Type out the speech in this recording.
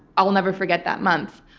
i'll never forget that month.